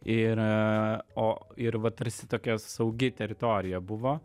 ir o ir va tarsi tokia saugi teritorija buvo